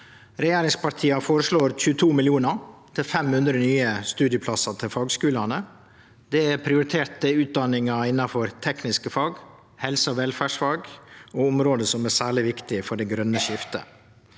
Regjeringspartia føreslår 22 mill. kr til 500 nye studieplassar i fagskulane. Det er prioriterte utdanningar innanfor tekniske fag, helse- og velferdsfag og område som er særleg viktige for det grøne skiftet.